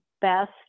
best